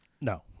No